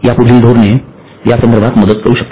पुढील धोरणे यासंदर्भात मदत करू शकतात